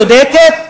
צודקת?